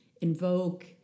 invoke